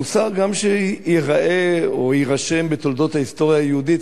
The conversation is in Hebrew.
מוסר גם שייראה או יירשם בתולדות ההיסטוריה היהודית,